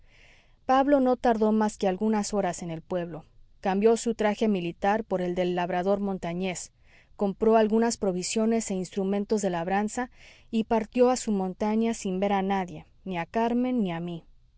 pablo no tardó más que algunas horas en el pueblo cambió su traje militar por el del labrador montañés compró algunas provisiones e instrumentos de labranza y partió a su montaña sin ver a nadie ni a carmen ni a mí